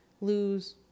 lose